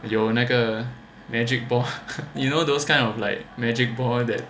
有那个 magic ball you know those kind of like magic ball that